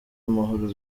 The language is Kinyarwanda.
amahoro